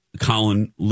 Colin